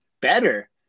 better